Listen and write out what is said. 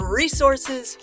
resources